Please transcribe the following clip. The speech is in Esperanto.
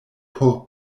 por